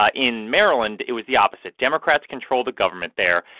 ah in maryland, it was the opposite. democrats control the government there.